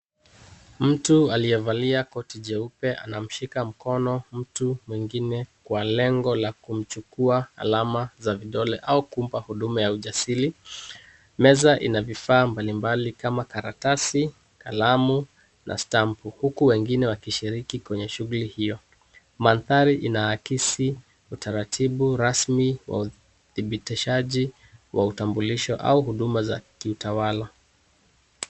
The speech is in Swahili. Mtu aliyevalia koti jeupe anamshika mkono mtu mwingine kwa lengo la kumchukua alama za vidole au kumpa huduma ya ujasiri. Meza ina vifaa mbalimbali kama karatasi, kalamu, na stampu. Huku wengine wakishiriki kwenye shughuli hiyo. Manthari inaakisi utaratibu rasmi wa uthibitishaji wa utambulisho au huduma za kiutawala.